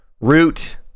root